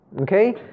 Okay